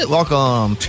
Welcome